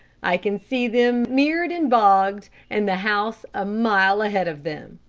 i can see them mired and bogged, and the house a mile ahead of them.